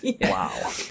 Wow